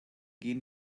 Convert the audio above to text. gehen